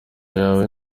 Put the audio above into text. yawe